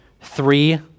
three